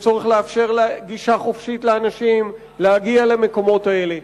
יש צורך לאפשר לאנשים גישה חופשית למקומות האלה.